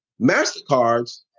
MasterCards